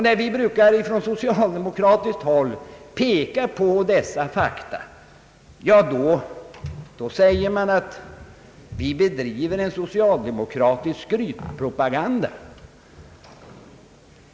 När vi från socialdemokratiskt håll brukar peka på dessa fakta, säger man att vi bedriver en socialdemokratisk skrytpropaganda.